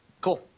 Cool